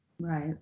Right